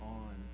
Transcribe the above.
on